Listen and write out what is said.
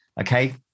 okay